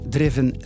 Driven